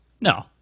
No